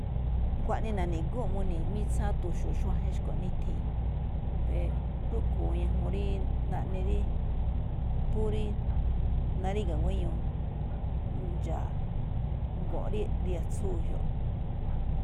Xkuaꞌnii na̱ni̱guu̱nꞌ muni̱i̱ mitsaan tu̱xu̱u̱ xuajen xkuaꞌnii ithee̱n, rúꞌkhue̱n ñajuun rí naꞌne rí phú rí naríga̱ guéño, ndxa̱a̱, go̱nꞌ ri riatsúu ge̱jioꞌ.